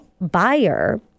buyer